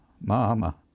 mama